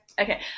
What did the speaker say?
Okay